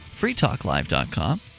freetalklive.com